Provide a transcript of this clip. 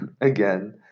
again